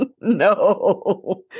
No